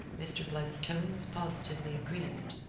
mr. blood's tone was positively aggrieved.